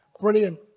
Brilliant